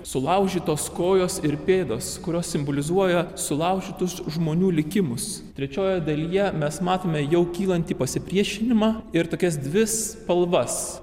sulaužytos kojos ir pėdos kurios simbolizuoja sulaužytus žmonių likimus trečiojoje dalyje mes matome jau kylantį pasipriešinimą ir tokias dvi spalvas